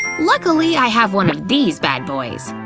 luckily i have one of these bad boys!